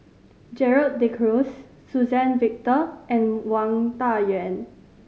Gerald De Cruz Suzann Victor and Wang Dayuan